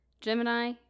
Gemini